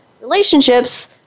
relationships